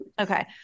okay